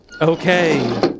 Okay